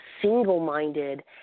single-minded